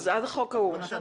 אז עד החוק ההוא.